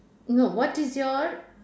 no what is your